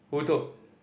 who told